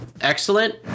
excellent